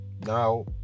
Now